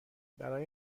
برای